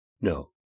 No